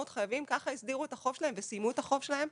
חייבים ככה הסדירו את החוב שלהם וסיימו את החוב שלהם.